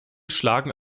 schlagen